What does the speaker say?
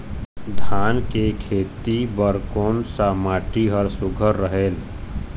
धान के खेती बर कोन सा माटी हर सुघ्घर रहेल?